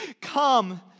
come